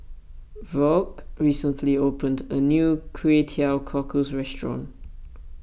Vaughn recently opened a new Kway Teow Cockles restaurant